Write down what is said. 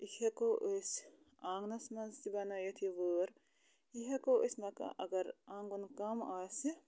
یہِ ہٮ۪کو أسۍ آنٛگنَس منٛز تہِ بنٲیِتھ یہِ وٲر یہِ ہٮ۪کو أسۍ مَکان اگر آنٛگُن کم آسہِ